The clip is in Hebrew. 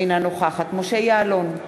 אינה נוכחת משה יעלון,